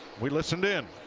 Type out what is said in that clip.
we listen in.